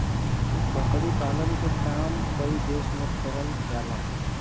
बकरी पालन के काम कई देस में करल जाला